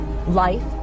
Life